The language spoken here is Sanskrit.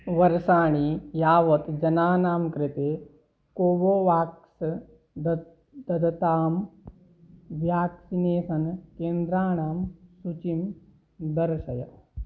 वर्षाणि यावत् जनानां कृते कोवोवाक्स् दत्तं ददतां व्याक्सिनेसन् केन्द्राणां सुचीं दर्शय